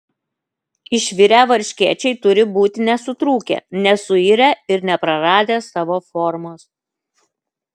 išvirę varškėčiai turi būti nesutrūkę nesuirę ir nepraradę savo formos